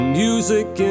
music